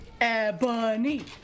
Ebony